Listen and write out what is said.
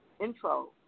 intro